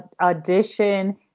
audition